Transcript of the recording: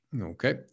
Okay